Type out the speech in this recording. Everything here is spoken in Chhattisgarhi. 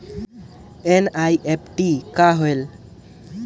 एन.ई.एफ.टी कौन होएल?